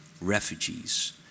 refugees